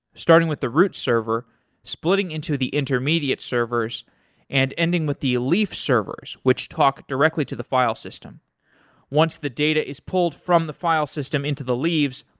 starting with the root server splitting into the intermediate servers and ending with the leaf servers, which talk directly to the file system once the data is pulled from the file system into the leaves,